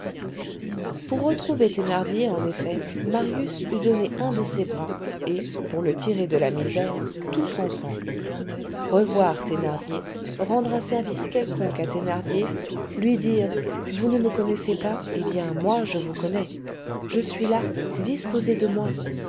pour retrouver thénardier en effet marius eût donné un de ses bras et pour le tirer de la misère tout son sang revoir thénardier rendre un service quelconque à thénardier lui dire vous ne me connaissez pas eh bien moi je vous connais je suis là disposez de moi